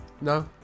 No